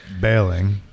bailing